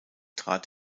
trat